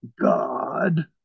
God